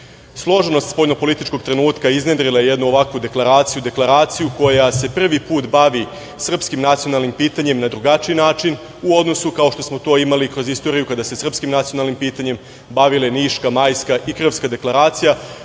složenost spoljno-političkog trenutka iznedrila je jednu ovakvu deklaraciju, deklaraciju koja se prvi put bavi srpskim nacionalnim pitanjima na drugačiji način u odnosu, kao što smo to imali kroz istoriju, kada se srpskim nacionalnim pitanjem bavile Niška, Majska i Krfska deklaracija,